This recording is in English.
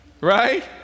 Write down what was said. right